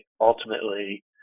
ultimately